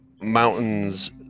Mountains